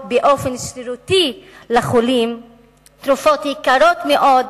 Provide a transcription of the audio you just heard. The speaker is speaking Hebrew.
באופן שרירותי לחולים תרופות יקרות מאוד,